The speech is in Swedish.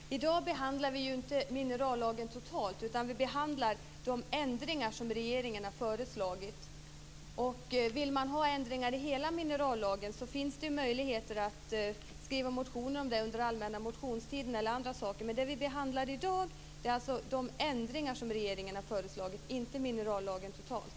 Fru talman! I dag behandlar vi inte minerallagen totalt utan de ändringar som regeringen har föreslagit. Om man vill ha ändringar i hela minerallagen finns det möjligheter att väcka motioner om det under allmänna motionstiden. Det vi behandlar i dag är alltså de ändringar som regeringen har föreslagit, inte minerallagen totalt.